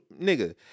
nigga